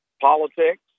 politics